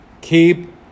Keep